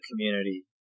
community